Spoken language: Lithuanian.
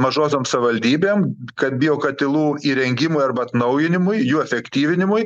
mažosiom savivaldybėm kad biokatilų įrengimui arba atnaujinimui jų efektyvinimui